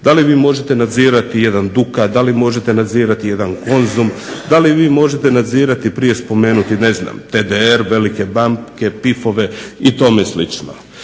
Da li vi možete nadzirati jedan Dukat? Da li možete nadzirati jedan Konzum? Da li vi možete nadzirati prije spomenuti ne znam TDR, velike banke, PIF-ove i tome sl.?